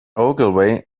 ogilvy